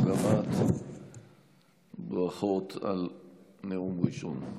גם לך ברכות על נאום ראשון.